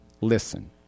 Listen